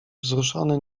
wzruszony